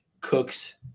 cooks